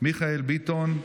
מיכאל ביטון,